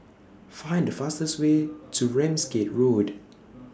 Find The fastest Way to Ramsgate Road